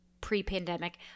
pre-pandemic